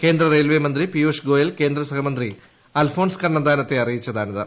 കേന്ദ്ര റെയിൽവേ മന്ത്രി പീയുഷ് ഗോയൽ കേന്ദ്ര സഹമന്ത്രി അൽഫോൺസ് കണ്ണന്താനത്തെ അറിയിച്ചതാണിത്